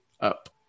up